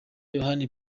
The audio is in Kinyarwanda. yohani